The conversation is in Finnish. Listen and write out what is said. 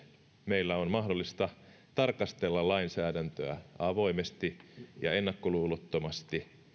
meillä on mahdollista tarkastella lainsäädäntöä avoimesti ja ennakkoluulottomasti